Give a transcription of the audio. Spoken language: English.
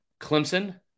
Clemson